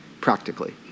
practically